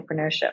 entrepreneurship